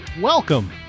Welcome